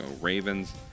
Ravens